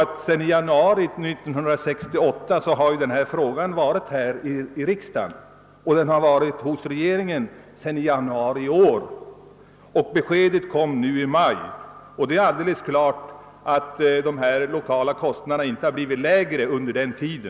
Sedan i januari 1968 har denna fråga legat hos riksdagen och hos regeringen sedan i januari i år. Nu har ett besked äntligen lämnats. Det är uppenbart att de lokala kostnaderna inte har blivit lägre under denna tid.